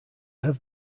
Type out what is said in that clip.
have